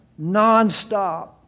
nonstop